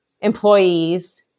employees